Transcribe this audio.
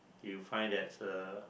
you find that uh